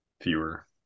fewer